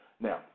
Now